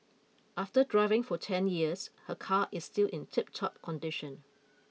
after driving for ten years her car is still in tiptop condition